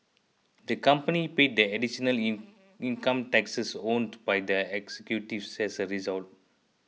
the company paid the additional in income taxes owed by the executives as a result